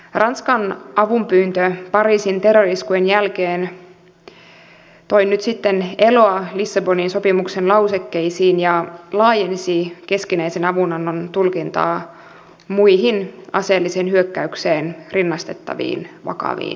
ranskan avunpyyntö pariisin terrori iskujen jälkeen toi nyt sitten eloa lissabonin sopimuksen lausekkeisiin ja laajensi keskinäisen avunannon tulkintaa muihin aseelliseen hyökkäykseen rinnastettaviin vakaviin uhkiin